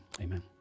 Amen